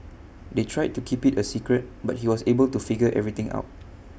they tried to keep IT A secret but he was able to figure everything out